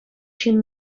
ҫын